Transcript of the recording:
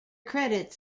credits